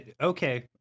Okay